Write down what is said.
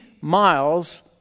miles